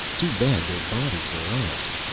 too bad their bodies are us.